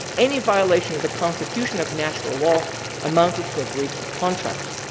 any violation of the constitution of natural law amounted to a breach of contract.